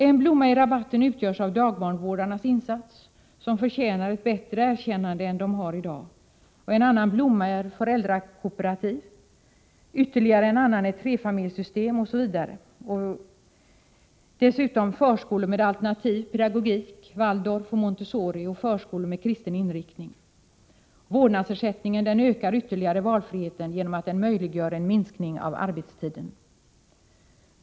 En blomma i rabatten utgörs av dagbarnvårdarnas insats, som förtjänar ett bättre erkännande än den har i dag. En annan blomma är föräldrakooperativ. Ytterligare en är trefamiljssystem osv. Dessutom får vi inte glömma förskolor med alternativ pedagogik, Waldorf och Montessori, och förskolor med kristen inriktning. Vårdnadsersättningen ökar ytterligare valfriheten genom att den möjliggör en minskning av arbetstiden.